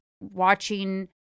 watching